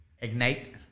ignite